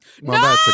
No